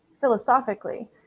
philosophically